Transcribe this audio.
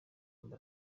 amb